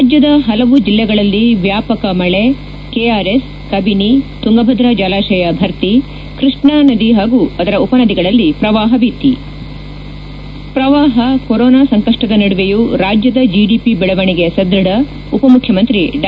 ರಾಜ್ಯದ ಹಲವು ಜಿಲ್ಲೆಗಳಲ್ಲಿ ವ್ಯಾಪಕ ಮಳೆ ಕೆಆರ್ಎಸ್ ಕಬಿನಿ ತುಂಗಭದ್ರಾ ಜಲಾಶಯ ಭರ್ತಿ ಕೈಷ್ಣ ಮತ್ತು ಉಪ ನದಿಗಳಲ್ಲಿ ಪ್ರವಾಹ ಭೀತಿ ಪ್ರವಾಪ ಕೊರೊನಾ ಸಂಕಷ್ನದ ನಡುವೆಯೂ ರಾಜ್ಯದ ಜಿಡಿಪಿ ಬೆಳವಣಿಗೆ ಸದ್ವಥ ಉಪ ಮುಖ್ಯಮಂತ್ರಿ ಡಾ